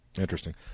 Interesting